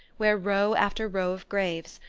where row after row of graves,